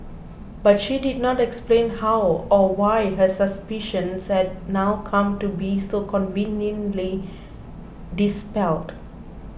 but she did not explain how or why her suspicions had now come to be so conveniently dispelled